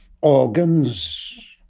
organs